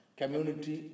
community